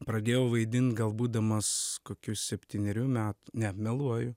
pradėjau vaidint gal būdamas kokių septynerių metų ne meluoju